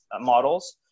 models